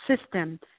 system